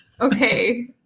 Okay